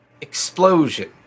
explosion